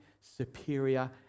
superior